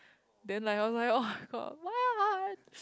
then like I was like oh god what